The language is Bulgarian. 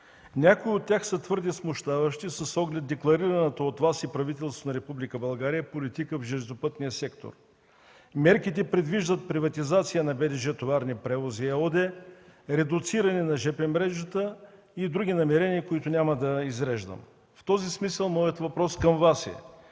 Някои от тях са твърде смущаващи с оглед декларираната от Вас и правителството на Република България политика в железопътния сектор. Мерките предвиждат приватизация на БДЖ „Товарни превози” ЕООД, редуциране на жп мрежата и други намерения, които няма да изреждам. В този смисъл моят въпрос към Вас е: